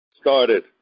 started